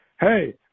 Hey